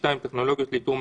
ההסתייגות נדחתה.